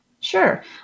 Sure